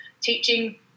teaching